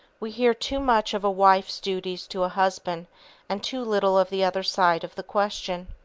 we hear too much of a wife's duties to a husband and too little of the other side of the question.